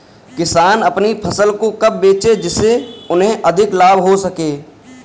किसान अपनी फसल को कब बेचे जिसे उन्हें अधिक लाभ हो सके?